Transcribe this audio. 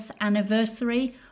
anniversary